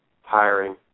hiring